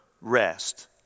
rest